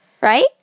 Right